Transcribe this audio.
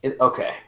Okay